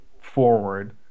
forward